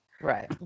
right